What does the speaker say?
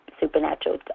supernatural